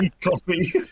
coffee